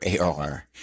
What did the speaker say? AR